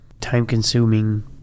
time-consuming